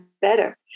better